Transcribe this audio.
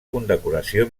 condecoració